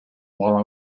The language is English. while